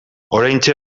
oraintxe